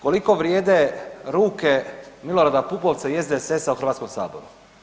Koliko vrijede ruke Milorada Pupovca i SDSS-a u Hrvatskom saboru?